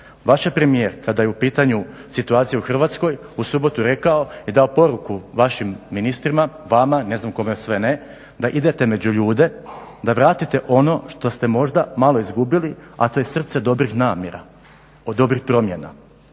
Vaš je premijer kada je u pitanju situacija u Hrvatskoj u subotu rekao i dao poruku vašim ministrima, vama, ne znam kome sve ne da idete među ljude, da vratite ono što ste možda malo izgubili a to je srce dobrih namjera od dobrih promjena.